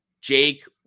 Jake